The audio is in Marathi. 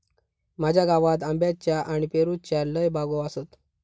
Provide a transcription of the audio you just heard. माझ्या गावात आंब्याच्ये आणि पेरूच्ये लय बागो आसत